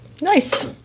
Nice